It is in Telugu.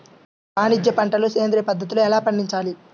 వాణిజ్య పంటలు సేంద్రియ పద్ధతిలో ఎలా పండించాలి?